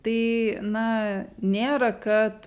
tai na nėra kad